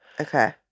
Okay